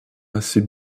assez